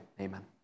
Amen